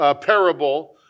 parable